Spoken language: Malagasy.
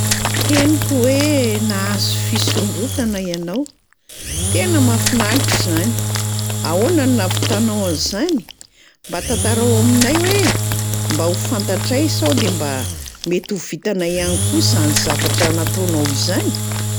"Henoko hoe nahazo fisondrotana ianao, tena mahafinaritra izany! Ahoana no nahavitanao an’izany? Mba tantarao aminay hoe! Mba ho fantatray sao de mba mety ho vitanay ihany koa zany zavatra nataonao izany.”